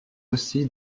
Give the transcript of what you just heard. aussi